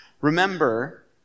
remember